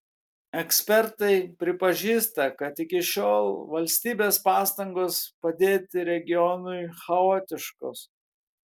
ekspertai pripažįsta kad iki šiol valstybės pastangos padėti regionui chaotiškos